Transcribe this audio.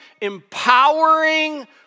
empowering